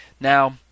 Now